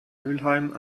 mülheim